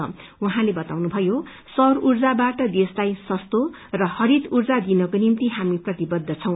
प्रधानमन्त्रीले बताउनुभयो सौर ऊर्जाबाट देशलाई सस्तो र हरित ऊर्जा दिनको निम्ति हामी प्रतिबद्ध छौ